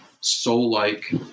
soul-like